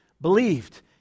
believed